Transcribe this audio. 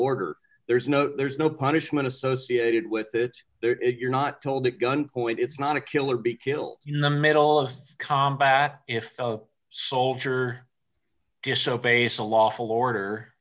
order there's no there's no punishment associated with it there if you're not told at gun point it's not a killer be killed you know the middle of combat if the soldier just so base a lawful order